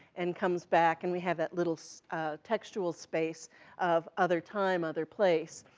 and comes back, and we have that little so textual space of other time, other place,